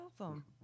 awesome